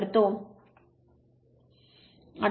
तर तो 18